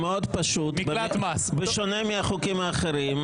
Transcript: מאוד פשוט: בשונה מהחוקים האחרים,